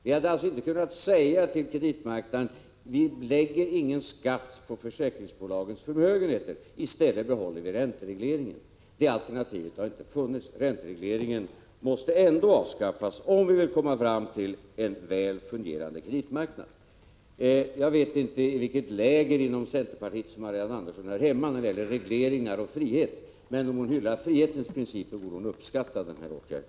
Vad gäller kreditmarknaden hade vi alltså inte kunnat säga: Vi lägger ingen skatt på försäkringsbolagens förmögenheter. I stället behåller vi ränteregleringen. Det alternativet har inte funnits. Ränteregleringen måste ändå avskaffas, om vi vill komma fram till en väl fungerande kreditmarknad. Jag vet inte i vilket läger inom centerpartiet som Marianne Andersson hör hemma när det gäller regleringar och frihet. Men om hon hyllar frihetens principer, borde hon uppskatta den här åtgärden.